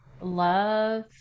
Love